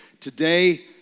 today